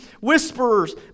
whisperers